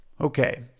Okay